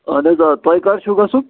اَہن حظ آ تۄہہِ کَر چھُو گژھُن